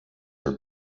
are